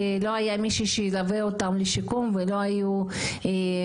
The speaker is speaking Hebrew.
לא היה מישהו שילווה אותם לשיקום ולא היו מומחים